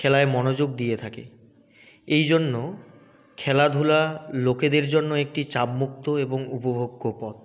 খেলায় মনোযোগ দিয়ে থাকে এই জন্য খেলাধূলা লোকেদের জন্য একটি চাপমুক্ত এবং উপভোগ্য পথ